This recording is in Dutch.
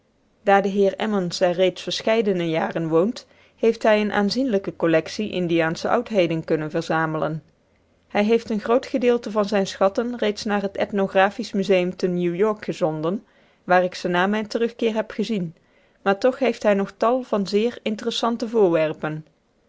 daar de heer emmons er reeds verscheiden jaren woont heeft hij eene aanzienlijke collectie indiaansche oudheden kunnen verzamelen hij heeft een groot deel zijner schatten reeds naar het ethnographisch museum te new-york gezonden waar ik ze na mijn terugkeer heb gezien maar toch heeft hij nog tal van zeer interessante voorwerpen